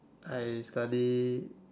I study